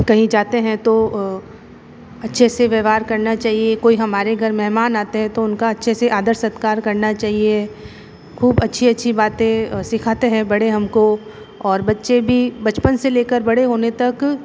कहीं जाते हैं तो अच्छे से व्यवहार करना चाहिए कोई हमारे घर मेहमान आते हैं तो उनका अच्छे से आदर सत्कार करना चाहिए खूब अच्छी अच्छी बातें सीखाते हैं बड़े हमको और बच्चे भी बचपन से लेकर बड़े होने तक